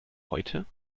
heute